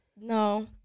no